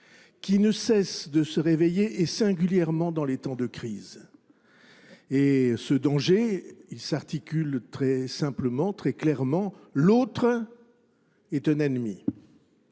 qui ne cesse de se réveiller et singulièrement dans les temps de crise. Et ce danger, il s'articule très simplement, très clairement. L'autre est un ennemi.